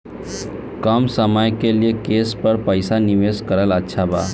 कम समय के लिए केस पर पईसा निवेश करल अच्छा बा?